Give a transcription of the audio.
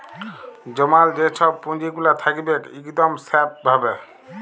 জমাল যে ছব পুঁজিগুলা থ্যাকবেক ইকদম স্যাফ ভাবে